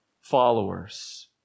followers